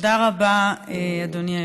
תודה רבה, אדוני היושב-ראש.